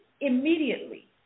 immediately